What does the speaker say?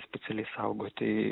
specialiai saugoti